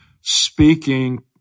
speaking